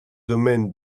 domaines